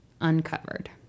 uncovered